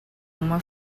uma